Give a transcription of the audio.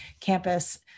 campus